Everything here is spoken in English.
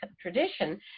tradition